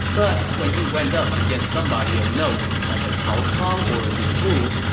but when he went up against somebody of note, like a cao cao or a lu bu,